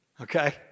Okay